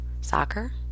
Soccer